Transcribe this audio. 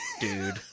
dude